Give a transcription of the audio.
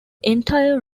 entire